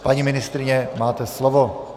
Paní ministryně, máte slovo.